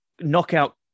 knockout